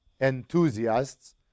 enthusiasts